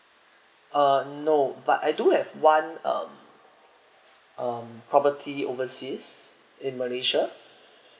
uh no but I do have one uh um property overseas in malaysia